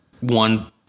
one